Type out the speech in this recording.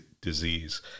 disease